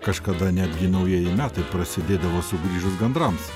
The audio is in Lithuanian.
kažkada netgi naujieji metai prasidėdavo sugrįžus gandrams